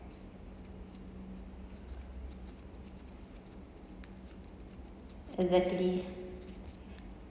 exactly